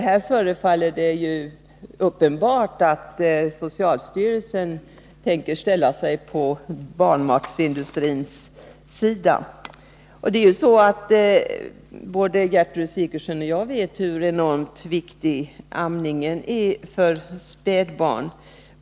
Det förefaller uppenbart att socialstyrelsen tänker ställa sig på barnmatsindustrins sida. Både Gertrud Sigurdsen och jag vet hur enormt viktig amningen är för spädbarn.